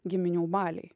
giminių baliai